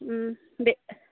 বে